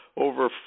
over